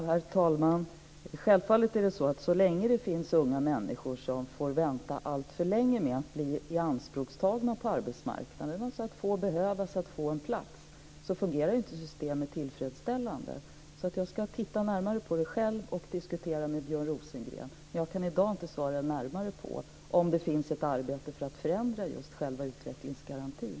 Herr talman! Självfallet är det så att så länge det finns unga människor som får vänta alltför länge med att bli ianspråktagna på arbetsmarknaden, alltså att bli behövda och få en plats, fungerar inte systemet tillfredsställande. Jag ska själv titta närmare på det här och diskutera det med Björn Rosengren. Men jag kan i dag inte svara närmare på om det sker ett arbete för att förändra just utvecklingsgarantin.